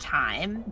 time